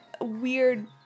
weird